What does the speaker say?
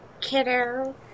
kiddo